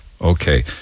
okay